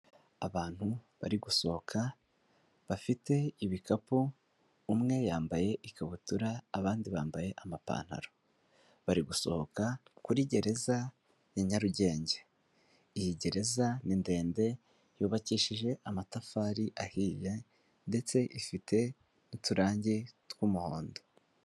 Abantu bari gusohoka, bafite ibikapu, umwe yambaye ikabutura, abandi bambaye amapantaro, bari gusohoka kuri gereza ya Nyarugenge, iyi gereza ni ndende, yubakishije amatafari ahiye ndetse ifite n'uturange tw'umuhondo.